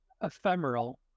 ephemeral